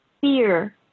fear